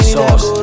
Sauce